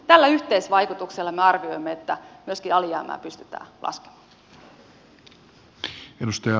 tällä yhteisvaikutuksella me arvioimme että myöskin alijäämää pystytään laskemaan